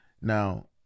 Now